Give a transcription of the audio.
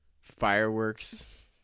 fireworks